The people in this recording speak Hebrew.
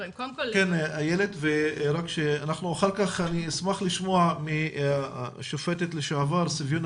אילת תעני ואחר כך אשמח לשמוע מהשופטת לשעבר סביונה